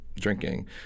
drinking